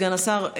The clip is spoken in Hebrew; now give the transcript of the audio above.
סגן השר,